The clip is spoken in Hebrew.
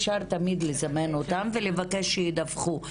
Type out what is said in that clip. אפשר תמיד לזמן אותם ולבקש שידווחו.